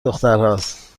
دخترهاست